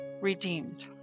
redeemed